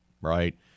right